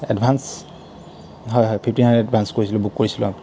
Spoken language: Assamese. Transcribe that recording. এডভাঞ্চ হয় হয় ফিফ্টিন হাণড্ৰেড এডভাঞ্চ কৰিছিলোঁ বুক কৰিছিলোঁ